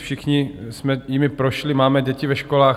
Všichni jsme jimi prošli, máme děti ve školách.